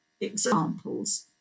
examples